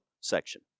section